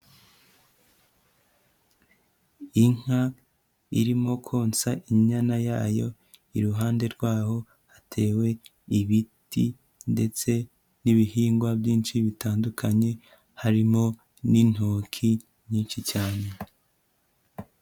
Inka irimo konsa inyana yayo, iruhande rwaho hatewe ibiti ndetse n'ibihingwa byinshi bitandukanye, harimo n'intoki nyinshi cyane.